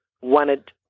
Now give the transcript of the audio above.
wanted